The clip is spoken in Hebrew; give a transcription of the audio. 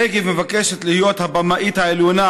רגב מבקשת להיות הבמאית העליונה,